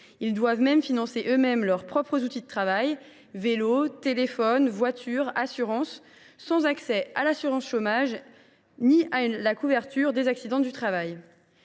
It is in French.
Ils doivent financer eux mêmes leurs propres outils de travail – vélo, téléphone, voiture, assurance –, sans accès à l’assurance chômage ni à la couverture des accidents du travail.